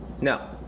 No